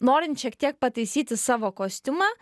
norint šiek tiek pataisyti savo kostiumą